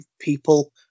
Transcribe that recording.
people